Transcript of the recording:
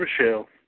Michelle